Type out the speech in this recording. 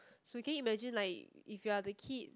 so can you imagine like if you are the kid